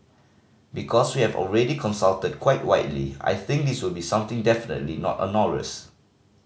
because we have already consulted quite widely I think this will be something definitely not onerous